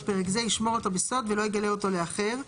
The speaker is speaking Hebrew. פרק זה ישמור אותו בסוד ולא יגלה אותו לאחר,